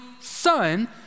Son